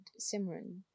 Simran